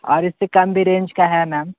और इस से कम रेंज का है मैम